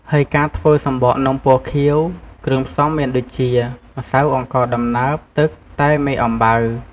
ហើយការធ្វើសំបកនំពណ៌ខៀវ គ្រឿងផ្សំមានដូចជា ម្សៅអង្ករដំណើប ទឹក តែមេអំបៅ។